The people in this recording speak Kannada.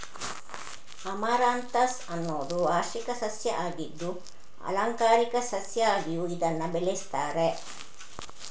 ಅಮರಾಂಥಸ್ ಅನ್ನುದು ವಾರ್ಷಿಕ ಸಸ್ಯ ಆಗಿದ್ದು ಆಲಂಕಾರಿಕ ಸಸ್ಯ ಆಗಿಯೂ ಇದನ್ನ ಬೆಳೆಸ್ತಾರೆ